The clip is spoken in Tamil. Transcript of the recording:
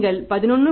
நீங்கள் 11